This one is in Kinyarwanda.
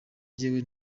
njyewe